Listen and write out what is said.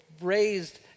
raised